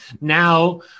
now